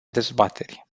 dezbateri